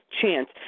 chance